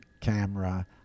camera